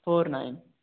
four nine